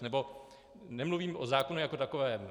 Nebo nemluvím o zákonu jako takovém.